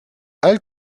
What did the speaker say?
elle